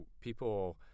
people